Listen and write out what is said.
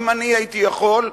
אם אני הייתי יכול,